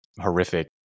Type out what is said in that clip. horrific